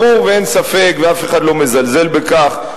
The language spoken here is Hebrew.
ברור ואין ספק ואף אחד לא מזלזל בכך,